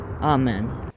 Amen